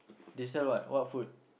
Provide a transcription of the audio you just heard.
they sell what what food